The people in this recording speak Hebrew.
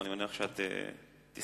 ואני מניח שתישאי את דברייך,